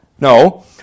No